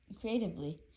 creatively